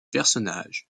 personnage